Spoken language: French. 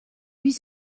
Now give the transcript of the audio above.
huit